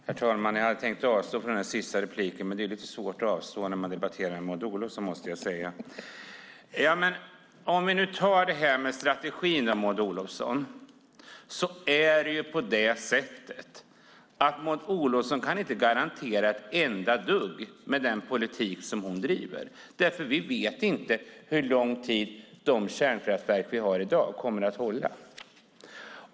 Herr talman! Jag hade tänkt avstå från det sista inlägget, men det är lite svårt att avstå när man debatterar med Maud Olofsson, måste jag säga. När det gäller strategin kan Maud Olofsson inte garantera ett enda dugg med den politik som hon driver, därför att vi vet inte hur lång tid de kärnkraftverk som vi har i dag kommer att hålla.